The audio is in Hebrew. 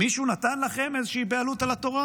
מישהו נתן לכם איזושהי בעלות על התורה?